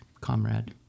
Comrade